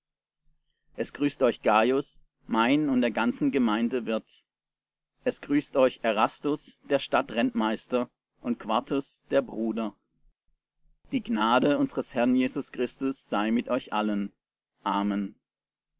es grüßt euch gajus mein und der ganzen gemeinde wirt es grüßt euch erastus der stadt rentmeister und quartus der bruder die gnade unsers herrn jesus christus sei mit euch allen amen